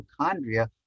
mitochondria